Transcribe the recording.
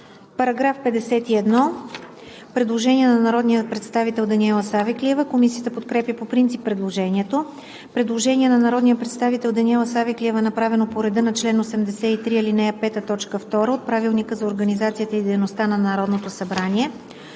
По § 52 има предложение на народния представител Даниела Савеклиева. Комисията подкрепя по принцип предложението. Предложение на народния представител Даниела Савеклиева, направено по реда на чл. 83, ал. 5, т. 2 от Правилника за организацията и дейността на Народното събрание.